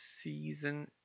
season